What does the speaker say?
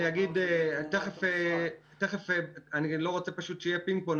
אני פשוט לא רוצה שיהיה פינג-פונג.